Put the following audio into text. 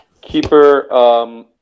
Keeper